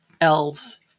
elves